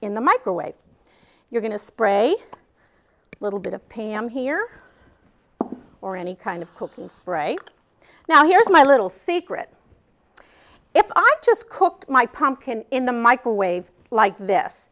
in the microwave you're going to spray a little bit of pam here or any kind of spray now here's my little secret if i just cook my pumpkin in the microwave like this